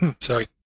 Sorry